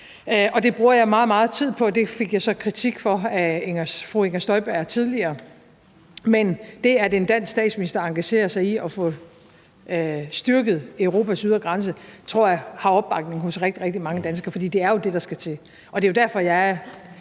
det bruger jeg meget, meget tid på, og det fik jeg så kritik for af fru Inger Støjberg tidligere. Men det, at en dansk statsminister engagerer sig i at få styrket Europas ydre grænse, tror jeg har opbakning hos rigtig, rigtig mange danskere, fordi det jo er det, der skal til, og det er jo derfor, at jeg er